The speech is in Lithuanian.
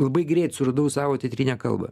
labai greit suradau savo teatrinę kalbą